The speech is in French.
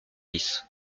dix